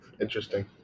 Interesting